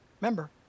remember